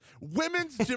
Women's